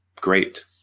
great